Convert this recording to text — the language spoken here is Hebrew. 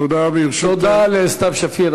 תודה לסתיו שפיר.